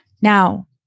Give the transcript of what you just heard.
Now